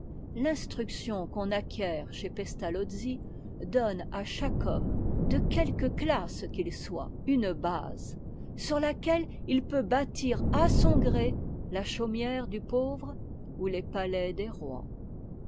l'instruction qu'on acquiert chez pestalozzi donne à chaque homme de quelque classe qu'il soit une base sur laquelle il peut bâtir à son gré la chau mière du pauvre ou les palais des rois